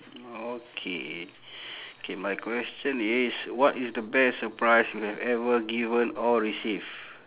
okay K my question is what is the best surprise you have ever given or receive